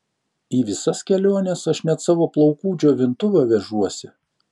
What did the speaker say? į visas keliones aš net savo plaukų džiovintuvą vežuosi